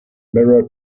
mirror